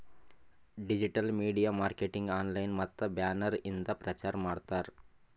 digital media marketing online ಮತ್ತ banner ಇಂದ ಪ್ರಚಾರ್ ಮಾಡ್ತಾರ್